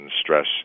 stress